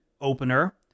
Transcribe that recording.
opener